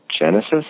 Genesis